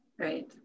Right